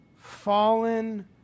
fallen